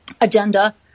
agenda